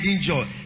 joy